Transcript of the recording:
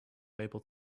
able